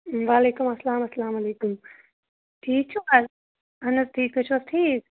وعلیکُم اسلام اسلامُ علیکُم ٹھیٖک چھُو حظ اَہَن حظ ٹھیٖک تُہۍ چھُو حظ ٹھیٖک